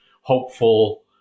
hopeful